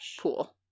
pool